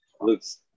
looks